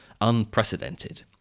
unprecedented